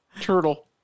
Turtle